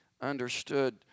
understood